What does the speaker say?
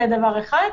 זה דבר אחד.